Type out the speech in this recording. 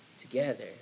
together